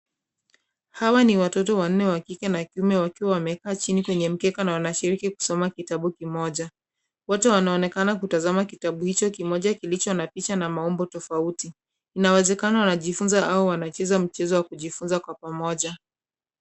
Hawa ni watoto wanne, wa kike na wa kiume wakiwa wamekaa kwenye mkeka na wanashiriki kusoma kitabu kimoja. Wote wanaonekana kutazama kitabu hicho kimoja kilicho na picha na maumbo tofauti. Kuna wezekano wanajifunza au wanacheza mchezo wa kujifunza kwa pamoja.